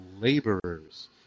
laborers